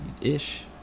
ish